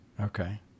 Okay